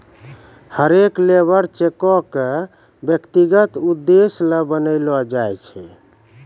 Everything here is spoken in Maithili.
हरेक लेबर चेको क व्यक्तिगत उद्देश्य ल बनैलो जाय छै